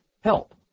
help